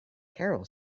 carol